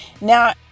Now